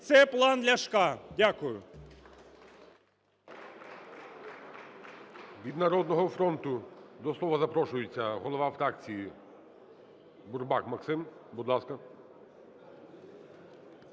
Це план Ляшка. Дякую. ГОЛОВУЮЧИЙ. Від "Народного фронту" до слова запрошується голова фракціїБурбак Максим, будь ласка.